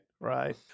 right